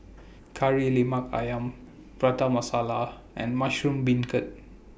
Kari Lemak Ayam Prata Masala and Mushroom Beancurd